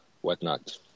whatnot